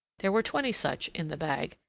there were twenty such in the bag,